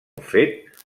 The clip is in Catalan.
fet